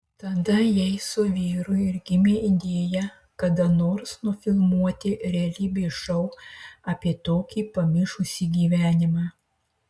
tada jai su vyru ir gimė idėja kada nors nufilmuoti realybės šou apie tokį pamišusį gyvenimą